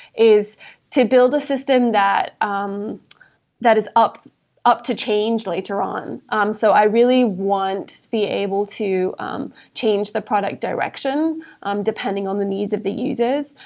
is to build a system that um that is up up to change later on. um so i really want to be able to um change the product direction um depending on the needs of the users.